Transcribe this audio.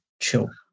Chill